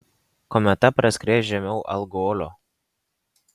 kometa praskries žemiau algolio